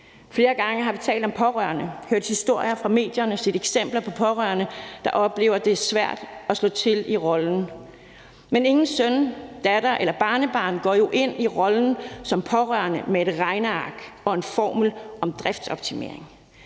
flere gange talt om pårørende, hørt historier fra medierne og set eksempler på pårørende, der oplever, at det er svært at slå til i rollen. Men ingen søn, datter eller barnebarn går jo ind i rollen som pårørende med et regneark og en formel om driftsoptimering,